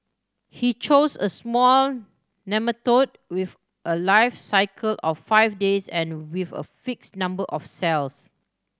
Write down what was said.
he chose a small nematode with a life cycle of five days and with a fixed number of cells